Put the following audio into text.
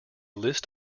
list